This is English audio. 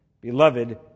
Beloved